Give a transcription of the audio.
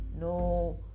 No